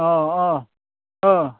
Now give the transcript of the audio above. अ अ अ